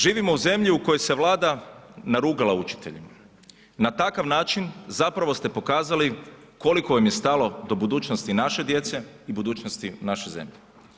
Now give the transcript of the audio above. Živimo u zemlji u kojoj se Vlada narugala učiteljima, na takav način zapravo ste pokazali koliko vam je stalo do budućnosti naše djece i budućnosti naše zemlje.